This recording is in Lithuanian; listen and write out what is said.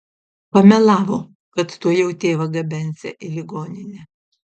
pamelavo kad tuojau tėvą gabensią į ligoninę